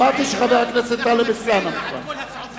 אמרתי שחבר הכנסת טלב אלסאנע מוכן.